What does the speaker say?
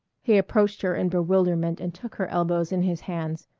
he approached her in bewilderment and took her elbows in his hands.